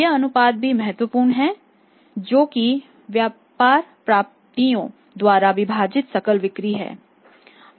यह अनुपात भी महत्वपूर्ण है जो कि व्यापार प्राप्तियों द्वारा विभाजित सकल बिक्री है